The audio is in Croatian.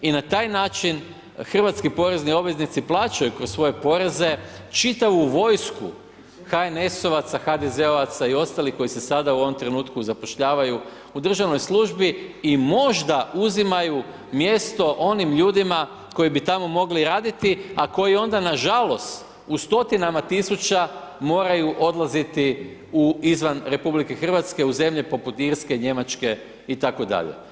I na taj način hrvatski porezni obveznici plaćaju kroz svoje poreze čitavu vojsku HNS-ovaca, HDZ-ovaca i ostalih koji se sada u ovom trenutku zapošljavaju u državnoj službi i možda uzimaju mjesto onim ljudima koji bi tamo mogli raditi a koji onda nažalost u stotinama tisuća moraju odlaziti izvan RH u zemlje poput Irske, Njemačke itd.